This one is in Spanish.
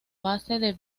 base